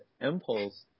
impulse